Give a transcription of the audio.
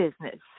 business